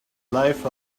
life